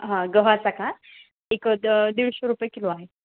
हा गव्हाचा का एक द दीडशे रुपये किलो आहे